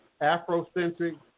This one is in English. Afrocentric